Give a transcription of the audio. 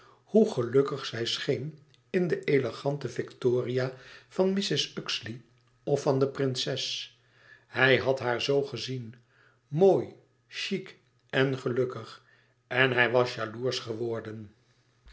hoe gelukkig zij scheen in de elegante victoria van mrs uxeley of van de prinses hij had haar zoo gezien mooi chic en gelukkig en hij was jaloersch geworden